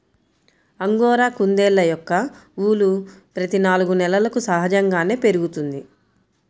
angora కుందేళ్ళ యొక్క ఊలు ప్రతి నాలుగు నెలలకు సహజంగానే పెరుగుతుంది